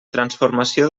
transformació